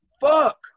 fuck